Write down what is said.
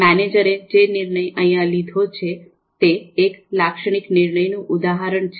મેનેજરે જે નિર્ણય અહિયાં લીધો છે તે એક લાક્ષણિક નિર્ણયનું ઉદાહરણ છે